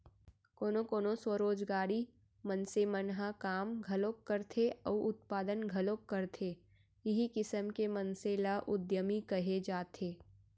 कोनो कोनो स्वरोजगारी मनसे मन ह काम घलोक करथे अउ उत्पादन घलोक करथे इहीं किसम के मनसे ल उद्यमी कहे जाथे